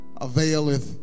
availeth